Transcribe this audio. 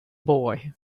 boy